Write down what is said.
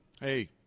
hey